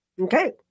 Okay